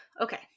Okay